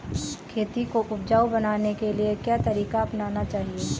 खेती को उपजाऊ बनाने के लिए क्या तरीका अपनाना चाहिए?